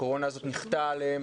הקורונה הזאת ניחתה עליהם